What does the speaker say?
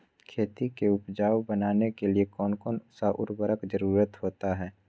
खेती को उपजाऊ बनाने के लिए कौन कौन सा उर्वरक जरुरत होता हैं?